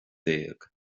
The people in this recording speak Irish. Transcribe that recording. déag